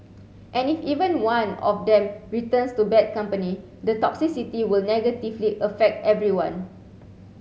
and if even one of them returns to bad company the toxicity will negatively affect everyone